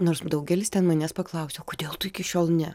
nors daugelis ten manęs paklausia kodėl tu iki šiol ne